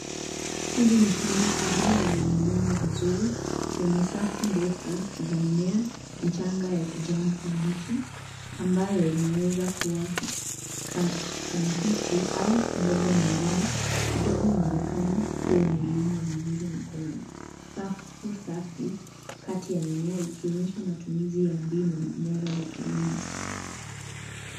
Hili ni shamba kubwa lililolimwa vizuri, lenye safu ndefu za mimea michanga ya kijani kibichi ambayo inaweza kuwa ka kabeji au mboga nyingine. Udongo unaonekana kuwa umelimwa vizuri na kuna safu safi kati ya mimea ikionyesha matumizi ya mbinu bora ya kilimo.